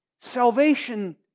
Salvation